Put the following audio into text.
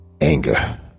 anger